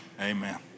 Amen